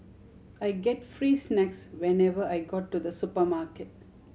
I get free snacks whenever I go to the supermarket